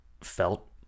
felt